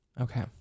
Okay